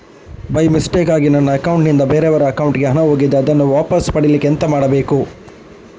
By ಮಿಸ್ಟೇಕಾಗಿ ನನ್ನ account ನಿಂದ ಬೇರೆಯವರ ಅಕೌಂಟ್ ಗೆ ಹಣ ಹೋಗಿದೆ ಅದನ್ನು ವಾಪಸ್ ಪಡಿಲಿಕ್ಕೆ ಎಂತ ಮಾಡಬೇಕು?